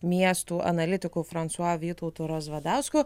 miestų analitikų fransua vytautu razvadausku